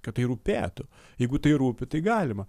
kad tai rūpėtų jeigu tai rūpi tai galima